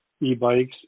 e-bikes